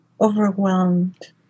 overwhelmed